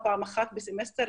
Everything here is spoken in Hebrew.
או פעם אחת בסמסטר,